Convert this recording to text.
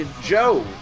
Joe